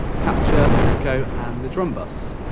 capture, echo, and the drum buss.